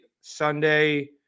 Sunday